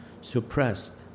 suppressed